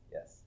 Yes